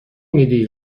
میدی